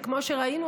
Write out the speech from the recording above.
וכמו שראינו,